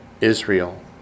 Israel